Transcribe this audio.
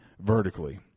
vertically